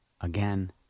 again